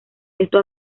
esto